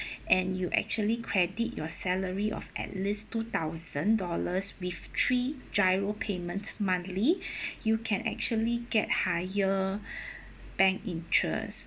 and you actually credit your salary of at least two thousand dollars with three giro payments monthly you can actually get higher bank interest